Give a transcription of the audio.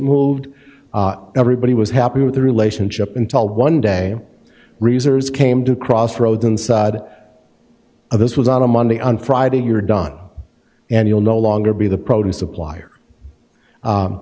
moved everybody was happy with the relationship until one day reserves came to crossroads inside of this was on a monday on friday you're done and you'll no longer be the produce supplier